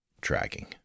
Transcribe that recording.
tracking